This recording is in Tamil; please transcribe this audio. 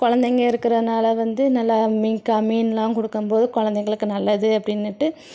கொழந்தைங்க இருக்கிறதுனால வந்து நல்லா மீன் கா மீனெலாம் கொடுக்கம் போது கொழந்தைங்களுக்கு நல்லது அப்படினுட்டு